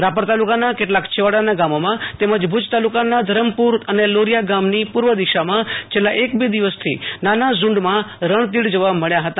રાપર તાલકાના કેટલાક છેવાડાના ગામોમાં તેમજ ભુજ તાલુકાના ધરમપર અન લોરીયા ગામની પૂવ દિશામાં છેલ્લા એક બે દિવસથી નાના ઝુંડમાં રણતીડ જોવા મળ્યા હતા